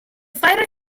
fire